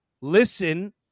listen